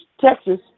texas